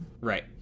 Right